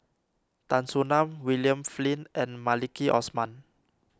Tan Soo Nan William Flint and Maliki Osman